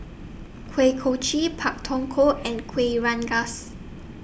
Kuih Kochi Pak Thong Ko and Kueh Rengas